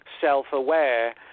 self-aware